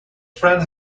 friend